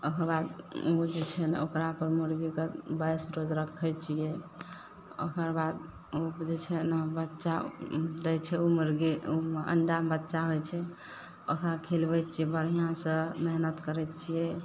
ओकरबाद बुझै छै नहि ओकरापर मुरगीके बाइस रोज रखै छिए ओकरबाद ओ जे छै ने बच्चा दै छै ओ मुरगी अण्डामे बच्चा होइ छै ओकरा खिलबै छिए बढ़िआँसे मेहनति करै छिए